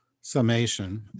summation